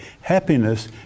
Happiness